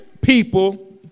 people